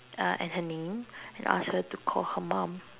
uh and her name and asked her to call her mum